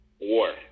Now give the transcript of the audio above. war